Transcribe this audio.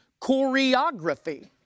choreography